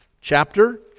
chapter